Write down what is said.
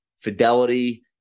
Fidelity